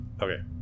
okay